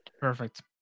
Perfect